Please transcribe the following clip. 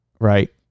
Right